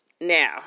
Now